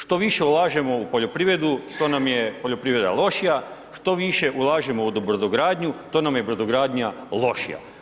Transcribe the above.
Što više ulažemo u poljoprivredu, to nam je poljoprivreda lošija, što više ulažemo u brodogradnju, to nam je brodogradnja lošija.